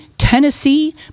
Tennessee